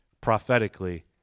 prophetically